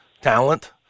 talent